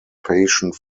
patient